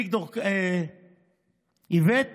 איווט